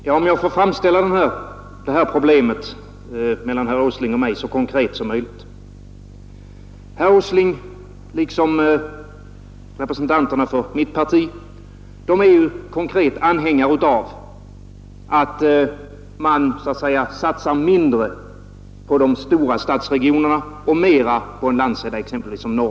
Herr talman! Låt mig framställa det här problemet så konkret som möjligt. Herr Åsling är liksom representanterna för mitt parti anhängare av att man så att säga satsar mindre på de stora stadsregionerna och mera på en landsända som exempelvis Norrland.